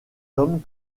hommes